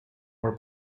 were